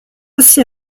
aussi